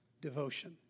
devotion